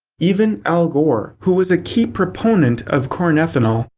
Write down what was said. even al gore, who was a key proponent of corn ethanol,